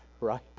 right